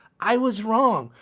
i was wrong.